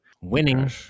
Winning